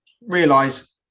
realize